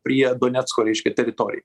prie donecko reiškia teritorija